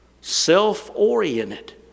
Self-oriented